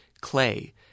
clay